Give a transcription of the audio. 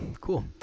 cool